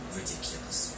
ridiculous